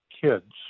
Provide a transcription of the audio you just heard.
kids